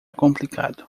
complicado